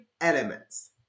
elements